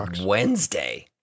Wednesday